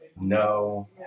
No